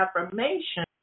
affirmation